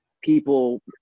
people